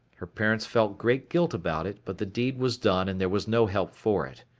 her parents felt great guilt about it, but the deed was done and there was no help for it.